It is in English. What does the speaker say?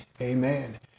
amen